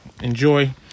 enjoy